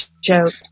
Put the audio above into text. joke